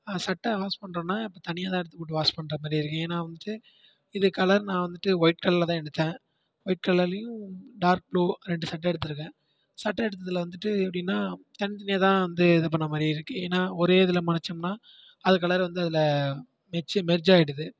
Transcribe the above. சட்டை வாஸ் பண்ணுறன்னா இப்போ தனியாகதான் எடுத்து போட்டு வாஷ் பண்ணுறமாதிரி இருக்குது ஏனால் வந்துட்டு இது கலர் நான் வந்துட்டு ஒயிட் கலரில்தான் எடுத்தேன் ஒயிட் கலர்லையும் டார்க் ப்ளூ ரெண்டு சட்டை எடுத்திருக்கேன் சட்டை எடுத்ததில் வந்துட்டு எப்படின்னா தனித்தனியாகதான் வந்து இது பண்ணற மாதிரி இருக்குது ஏனால் ஒரே இதில் மடித்தம்னா அது கலர் வந்து அதில் மெர்ச்சி மெர்ஜ் ஆகிடுது